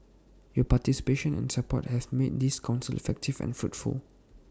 your participation and support have made this Council effective and fruitful